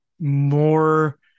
more